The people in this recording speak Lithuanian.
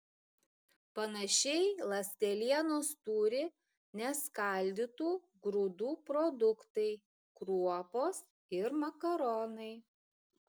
panašiai ląstelienos turi neskaldytų grūdų produktai kruopos ir makaronai